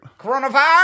Coronavirus